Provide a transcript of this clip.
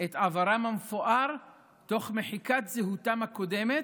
את עברם המפואר תוך מחיקת זהותם הקודמת,